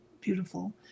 beautiful